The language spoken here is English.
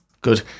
Good